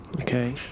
Okay